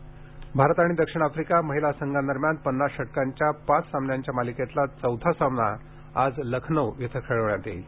महिला क्रिकेट भारत आणि दक्षिण आफ्रिका महिला संघांदरम्यान पन्नास षटकांच्या पाच सामन्यांच्या मालिकेतला चौथा सामना आज लखनौ येथे खेळण्यात येईल